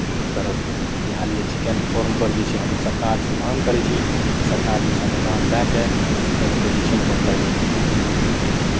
करब इएह लिए चिकेन फार्मपर जे छै हम सरकारसँ मांग करै छी कि सरकार जे छै अनुदान दए कऽ चिकेनके जे छै ने मतलब